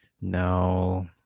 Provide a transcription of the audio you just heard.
No